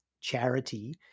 charity